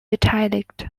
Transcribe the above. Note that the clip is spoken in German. beteiligt